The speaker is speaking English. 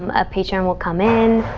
um a patron will come in.